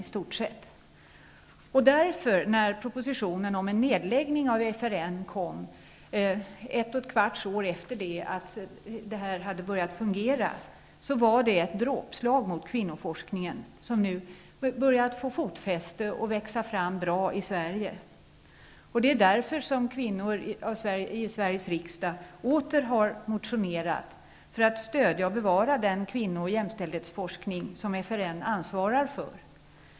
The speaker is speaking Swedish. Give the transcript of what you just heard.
När propositionen med förslaget om en nedläggning av FRN kom ett och ett kvarts år efter det att organisationen hade börjat fungera var det ett dråpslag mot kvinnoforskningen, som nu börjat få fotfäste och växa fram bra i Sverige. Det är därför som kvinnor i Sveriges riksdag åter har motionerat för att stödja och bevara den kvinnooch jämställdhetsforskning som FRN ansvarar för.